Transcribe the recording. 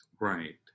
Right